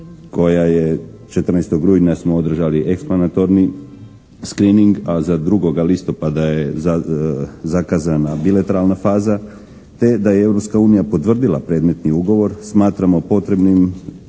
koja je, 14. rujna smo održali ekspanatorni skrining a za 2. listopada je zakazana bilateralna faza te da je Europska unija potvrdila predmetni ugovor smatramo potrebnim